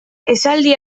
esaldi